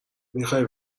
میخای